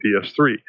ps3